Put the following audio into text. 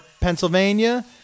Pennsylvania